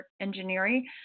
engineering